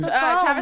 Travis